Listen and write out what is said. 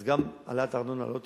אז גם העלאת ארנונה לא תהיה,